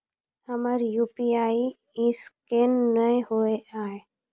हमर UPI scan नेय हो या?